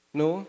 no